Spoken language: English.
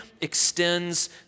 extends